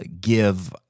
give